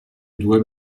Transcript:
due